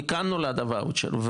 מכאן נולד הוואוצ'ר.